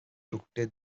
rückte